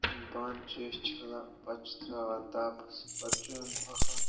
یِم بانہٕ چھِ أسۍ چھَلان پَتہٕ چھِ ترٛاوان تاپَس پَتہٕ چھِ یِم ہۄکھان